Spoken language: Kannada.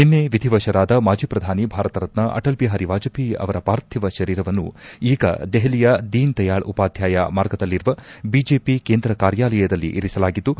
ನಿನ್ನೆ ವಿಧಿವಶರಾದ ಮಾಜಿ ಪ್ರಧಾನಿ ಭಾರತರತ್ನ ಅಟಲ್ ಬಿಹಾರಿ ವಾಜಪೇಯಿ ಅವರ ಪಾರ್ಥಿವ ಶರೀರವನ್ನು ಈಗ ದೆಪಲಿಯ ದೀನ್ ದಯಾಳ್ ಉಪಾಧ್ನಾಯ ಮಾರ್ಗದಲ್ಲಿರುವ ಬಿಜೆಪಿ ಕೇಂದ್ರ ಕಾರ್ಯಾಲಯದಲ್ಲಿ ಇರಿಸಲಾಗಿದ್ದು